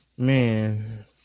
Man